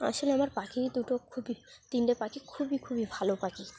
আসলে আমার পাখি দুটো খুবই তিনটে পাখি খুবই খুবই ভালো পাখি